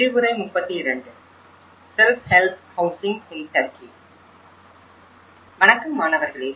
வணக்கம் மாணவர்களே